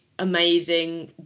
Amazing